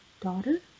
daughter